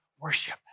worship